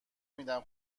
میدیم